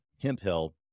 Hemphill